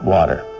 water